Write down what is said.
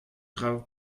traoù